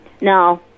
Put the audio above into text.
No